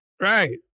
Right